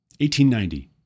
1890